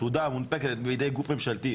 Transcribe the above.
תעודה המונפקת בידי גוף ממשלתי,